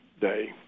day